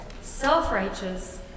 self-righteous